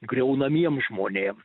griaunamiem žmonėm